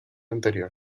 anterior